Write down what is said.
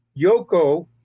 Yoko